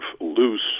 loose